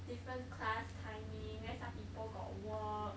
different class timing then some people got work